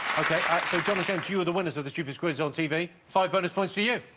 okay, so tom attempts you are the winners of this two-piece quiz on tv five bonus points to you.